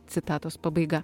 citatos pabaiga